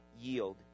yield